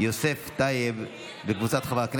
יוסף טייב וקבוצת חברי הכנסת.